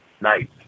night